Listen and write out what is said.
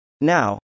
Now